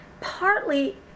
Partly